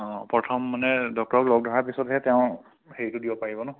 অঁ প্ৰথম মানে ডক্টৰক লগ ধৰাৰ পিছতহে তেওঁ হেৰিটো দিব পাৰিব ন